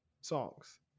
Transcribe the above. songs